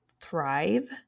thrive